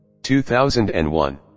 2001